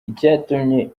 icyatumye